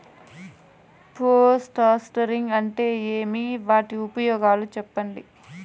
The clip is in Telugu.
పోస్ట్ హార్వెస్టింగ్ అంటే ఏమి? వాటి ఉపయోగాలు చెప్పండి?